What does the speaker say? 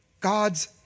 God's